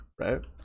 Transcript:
right